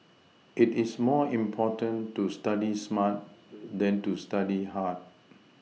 it is more important to study smart than to study hard